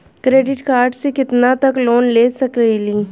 Credit card से कितना तक लोन ले सकईल?